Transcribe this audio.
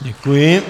Děkuji.